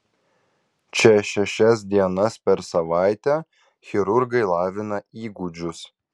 čia šešias dienas per savaitę chirurgai lavina įgūdžius